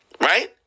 Right